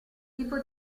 tipo